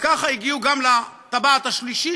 וכך הגיעו גם לטבעת השלישית,